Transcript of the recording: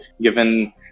given